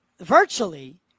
virtually